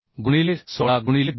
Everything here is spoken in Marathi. गुणिले 16गुणिले 2